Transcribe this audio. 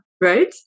Right